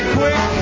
quick